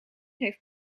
heeft